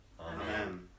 Amen